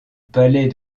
palais